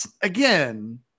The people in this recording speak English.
again